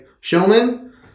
showman